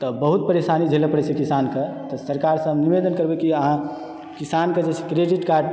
तऽ बहुत परेशानी झेलय पड़ैत छै किसानके तऽ सरकारसँ हम निवेदन करबय कि अहाँ किसानक जे छै से क्रेडिट कार्ड